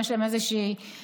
אם יש להם איזושהי השערה.